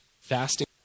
fasting